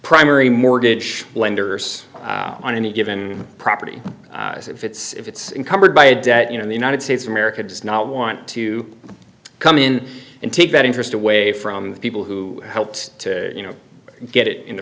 primary mortgage lenders on any given property as if it's in covered by a debt you know the united states of america does not want to come in and take that interest away from the people who helped to you know get it in